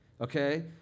okay